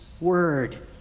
word